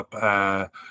up